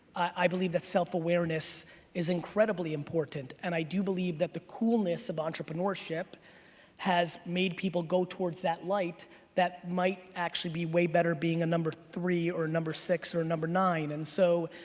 i believe that self awareness is incredibly important and i do believe that the coolness of entrepreneurship has made people go towards that light that might actually be way better being a number three or number six or number nine and so.